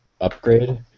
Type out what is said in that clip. upgrade